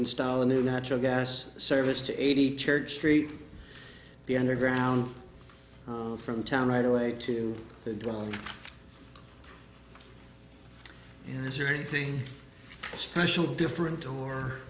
install a new natural gas service to eighty church street the underground from town right away to the and is your anything special different or